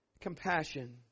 Compassion